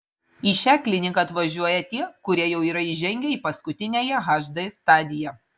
į šią kliniką atvažiuoja tie kurie jau yra įžengę į paskutiniąją hd stadiją